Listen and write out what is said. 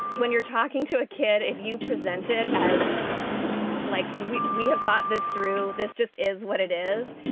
when you're talking to a kid, if you present it as like we we have thought this through, this just is what it is.